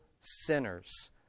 sinners